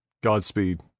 Godspeed